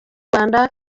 rwanda